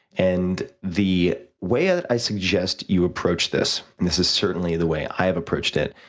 and, the way ah that i suggest you approach this, and this is certainly the way i have approached it,